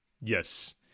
Yes